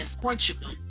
Portugal